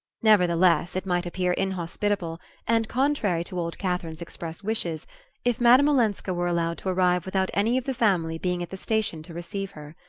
nevertheless, it might appear inhospitable and contrary to old catherine's express wishes if madame olenska were allowed to arrive without any of the family being at the station to receive her.